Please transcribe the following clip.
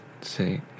say